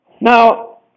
Now